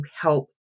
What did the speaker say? help